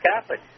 Catholic